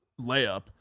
layup